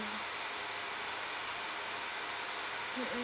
mmhmm